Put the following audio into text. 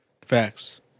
Facts